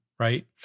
right